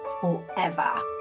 forever